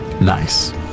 Nice